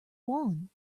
won